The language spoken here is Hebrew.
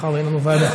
מאחר שאין לנו ועדה.